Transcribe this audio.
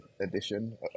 edition